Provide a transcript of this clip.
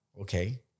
Okay